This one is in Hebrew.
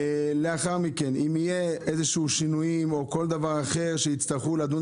לאחר מכן אם יהיו שינויים כלשהם שיצטרכו לדון